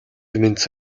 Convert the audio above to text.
мэнд